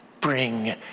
bring